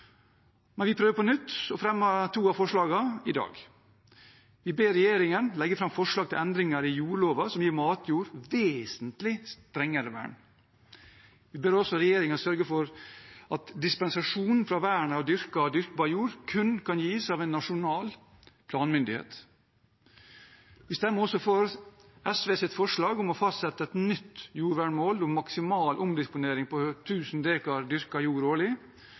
men vi prøver på nytt og fremmer to av forslagene i dag. Vi ber regjeringen legge fram forslag til endringer i jordloven som gir matjord vesentlig strengere vern. Vi ber også regjeringen sørge for at dispensasjon fra vern av dyrket og dyrkbar jord kun kan gis av en nasjonal planmyndighet. Vi stemmer også for SVs forslag om å fastsette et nytt jordvernmål om maksimal omdisponering på 1 000 dekar dyrket jord årlig.